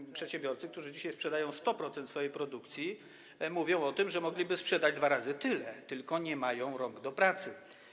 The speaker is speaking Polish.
I przedsiębiorcy, którzy dzisiaj sprzedają 100% swojej produkcji, mówią, że mogliby sprzedać dwa razy tyle, tylko nie mają rąk do pracy.